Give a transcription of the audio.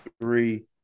three